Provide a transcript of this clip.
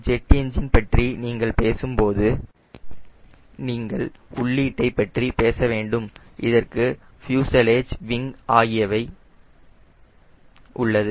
jet engine பற்றி நீங்கள் பேசும்போது நீங்கள் உள்ளீட்டை பற்றி பேச வேண்டும் இதற்கு ஃப்யூசலெஜ் விங் ஆகியவை உள்ளது